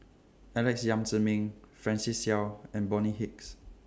Alex Yam Ziming Francis Seow and Bonny Hicks